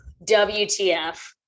WTF